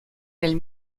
del